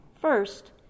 First